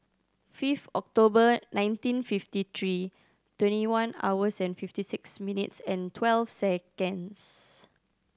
fifth October nineteen fifty three twenty one hours and fifty six minutes and twelve seconds